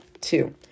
two